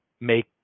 make